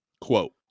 quote